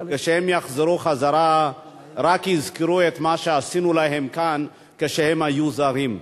כשהם יחזרו חזרה רק יזכרו את מה שעשינו להם כאן כשהם היו זרים.